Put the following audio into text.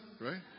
right